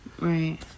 Right